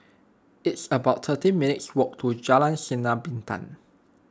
it's about thirty minutes' walk to Jalan Sinar Bintang